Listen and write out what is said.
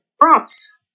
props